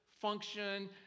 function